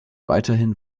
weiterhin